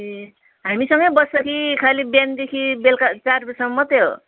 ए हामीसँगै बस्छ कि खालि बिहानदेखि बेलुका चार बजीसम्म मात्रै हो